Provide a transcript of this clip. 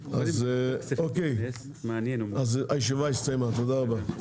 אוקיי, אז הישיבה הסתיימה, תודה רבה.